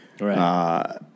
Right